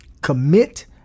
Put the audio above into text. Commit